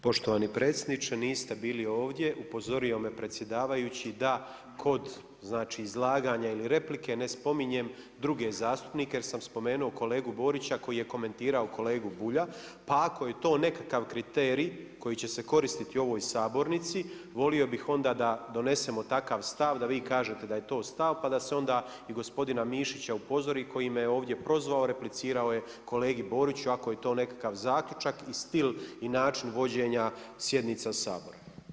Poštovani predsjedniče, niste bili ovdje, upozorio me predsjedavajući da kod, znači izlaganja ili replike ne spominjem druge zastupnike jer sam spomenuo kolegu Borića koji je komentirao kolegu Bulja, pa ako je to nekakav kriterij koji će se koristiti u ovoj sabornici volio bih onda da donesemo takav stav da vi kažete da je to stav pa da se onda i gospodina Mišića upozori koji me ovdje prozvao, replicirao je kolegi Boriću ako je to nekakav zaključak i stil i način vođenja sjednica sabora.